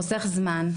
חוסך זמן,